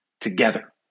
together